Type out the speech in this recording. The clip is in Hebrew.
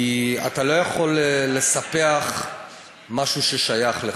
כי אתה לא יכול לספח משהו ששייך לך.